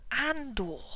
andor